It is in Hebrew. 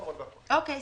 אוקיי.